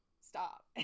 stop